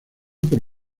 por